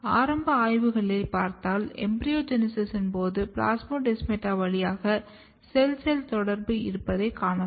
ஆரம்ப ஆய்வுகளைப் பார்த்தால் எம்பிரியோஜெனிசிஸ் போது பிளாஸ்மோடெஸ்மாடா வழியாக செல் செல் தொடர்பு இருப்பதைக் காணலாம்